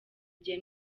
igihe